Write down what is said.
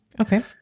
Okay